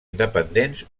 independents